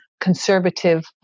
conservative